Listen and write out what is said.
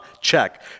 check